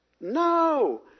No